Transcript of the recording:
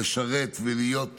לשרת ולהיות